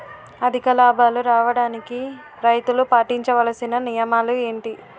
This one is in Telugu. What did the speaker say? అధిక లాభాలు రావడానికి రైతులు పాటించవలిసిన నియమాలు ఏంటి